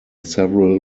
several